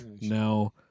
Now